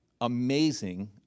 amazing